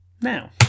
now